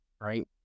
right